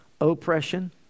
oppression